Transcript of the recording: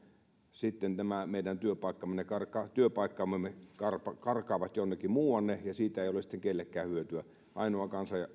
nämä meidän työpaikkamme karkaavat työpaikkamme karkaavat sitten jonnekin muualle ja siitä ei ole sitten kellekään hyötyä ainoa